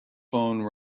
phone